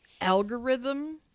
algorithm